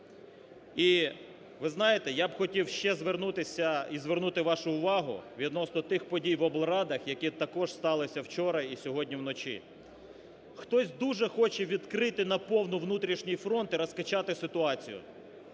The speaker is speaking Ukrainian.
І ви знаєте я б хотів ще звернутися і звернути вашу увагу відносно тих подій в облрадах, які також сталися вчора і сьогодні вночі. Хтось дуже хоче відкрити на повну внутрішній фронт і розкачати ситуацію.